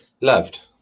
Loved